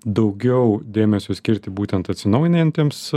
daugiau dėmesio skirti būtent atsinaujinantiems